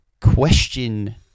Question